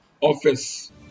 office